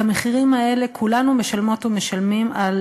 את המחירים האלה כולנו משלמות ומשלמים על